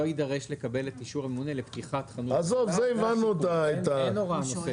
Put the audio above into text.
לא יידרש לקבל את אישור הממונה לפתיחת חנות --- אין הוראה נוספת.